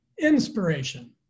inspiration